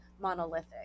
monolithic